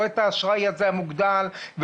לא את האשראי המוגדל הזה,